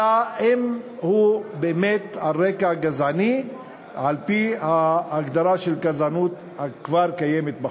אלא אם הוא באמת על רקע גזעני על-פי ההגדרה של גזענות שכבר קיימת בחוק.